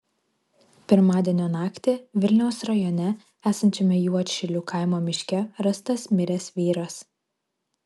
pirmadienio naktį vilniaus rajone esančiame juodšilių kaimo miške rastas miręs vyras